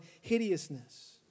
hideousness